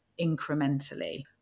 incrementally